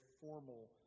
formal